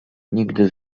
nigdy